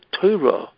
Torah